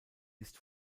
ist